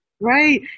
Right